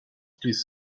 please